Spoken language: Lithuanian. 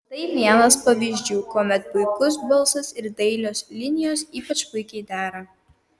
tai vienas pavyzdžių kuomet puikus balsas ir dailios linijos ypač puikiai dera